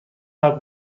صبر